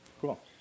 Cool